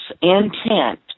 intent